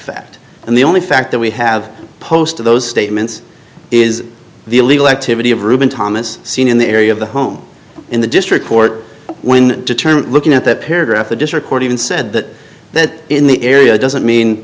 fact and the only fact that we have posted those statements is the illegal activity of reuben thomas seen in the area of the home in the district court when determined looking at that paragraph the district court even said that that in the area doesn't mean